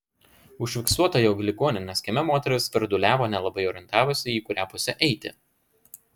užfiksuota jog ligoninės kieme moteris svirduliavo nelabai orientavosi į kurią pusę eiti